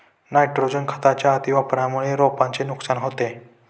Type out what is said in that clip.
nitrogen खताच्या अतिवापरामुळे रोपांचे नुकसान होते